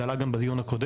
זה עלה גם בדיון הקודם.